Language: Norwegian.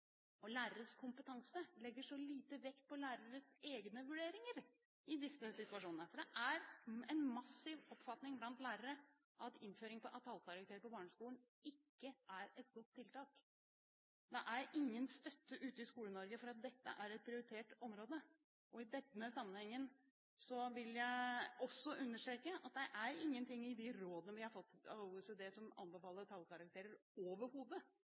og læreres kompetanse, legger så liten vekt på læreres egne vurderinger i denne situasjonen. For det er en massiv oppfatning blant lærere at innføring av tallkarakterer på barneskolen ikke er et godt tiltak. Det er ingen støtte ute i Skole-Norge for at dette er et prioritert område. I denne sammenhengen vil jeg også understreke at det er ingen ting i de rådene vi har fått fra OECD, som tyder på at man anbefaler tallkarakterer overhodet.